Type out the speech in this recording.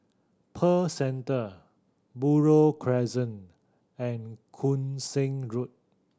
Pearl Centre Buroh Crescent and Koon Seng Road